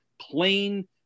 plain